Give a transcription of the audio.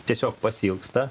tiesiog pasiilgsta